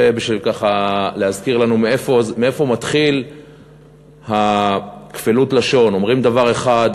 זה בשביל להזכיר לנו מאיפה מתחילה כפילות הלשון: אומרים דבר אחד,